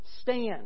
Stand